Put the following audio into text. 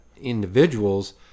individuals